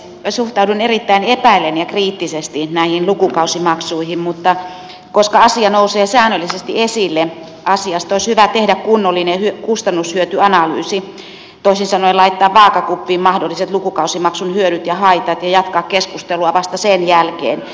minä suhtaudun erittäin epäillen ja kriittisesti näihin lukukausimaksuihin mutta koska asia nousee säännöllisesti esille asiasta olisi hyvä tehdä kunnollinen kustannushyöty analyysi toisin sanoen laittaa vaakakuppiin mahdolliset lukukausimaksun hyödyt ja haitat ja jatkaa keskustelua vasta sen jälkeen